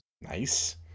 Nice